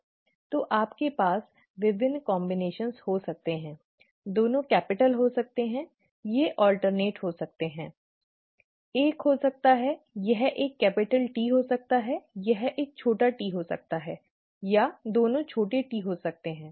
तो आपके पास विभिन्न संयोजन हो सकते हैं दोनों कैपिटल हो सकते हैं वे वैकल्पिक हो सकते हैं एक हो सकता है यह एक T हो सकता है यह एक छोटा t हो सकता है या दोनों छोटे ts हो सकते हैं